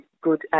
good